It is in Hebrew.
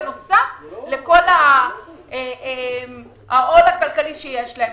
בנוסף לכל העול הכלכלי שמוטל עליהם.